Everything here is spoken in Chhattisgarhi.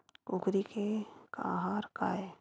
कुकरी के आहार काय?